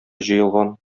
җыелган